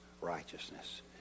righteousness